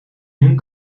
hun